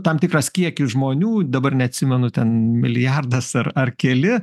tam tikras kiekis žmonių dabar neatsimenu ten milijardas ar ar keli